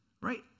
Right